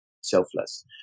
selfless